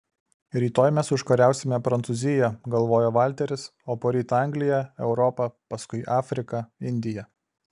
rytoj mes užkariausime prancūziją galvojo valteris o poryt angliją europą paskui afriką indiją